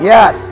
Yes